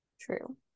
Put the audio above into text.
True